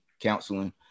counseling